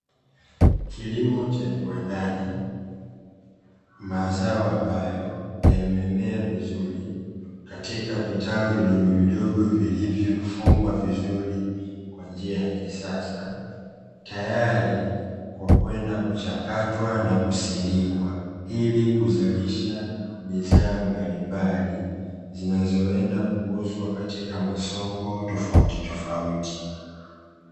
Kilimo cha viwandani mazao ambayo yamemea vizuri katika vitalu vidogovidogo, vilivyofungwa vizuri kwa njia ya kisasa tayari kwa kwenda kuchakatwa na kusindikwa ili kuzalisha bidhaa mbalimbali zinazoenda kuuzwa katika masoko tofautitofauti.